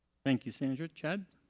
thank you sandra. chad.